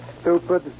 stupid